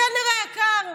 קלנר היקר,